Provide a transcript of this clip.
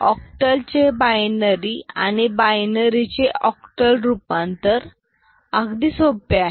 octal चे binary आणि binary चे ऑक्टल रूपांतर अगदी सोपे आहे